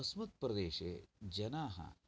अस्मत्प्रदेशे जनाः